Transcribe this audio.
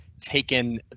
taken